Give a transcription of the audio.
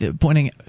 pointing